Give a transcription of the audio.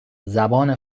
زبان